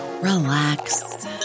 relax